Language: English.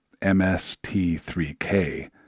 MST3K